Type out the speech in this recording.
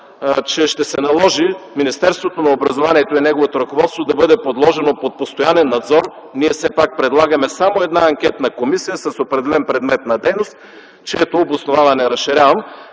че ще се наложи Министерството на образованието и неговото ръководство да бъде подложено под постоянен надзор. Ние все пак предлагаме само анкетна комисия с определен предмет на дейност, чието обосноваване разширявам.